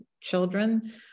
children